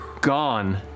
gone